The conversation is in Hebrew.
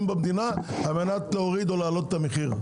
במדינה על מנת להוריד או להעלות את המחיר.